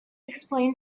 explain